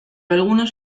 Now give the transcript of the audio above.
algunos